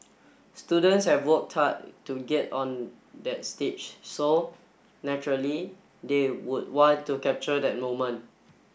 students have work tar to get on that stage so naturally they would want to capture that moment